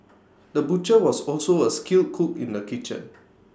the butcher was also A skilled cook in the kitchen